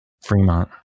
Fremont